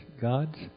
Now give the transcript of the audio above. God's